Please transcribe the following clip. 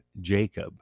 jacob